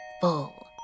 full